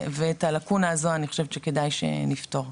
ואת הלקונה הזו אני חושבת שכדאי שנפתור.